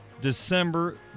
December